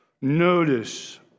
Notice